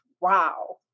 wow